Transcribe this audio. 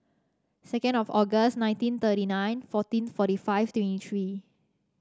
second of August nineteen thirty nine fourteen forty five twenty three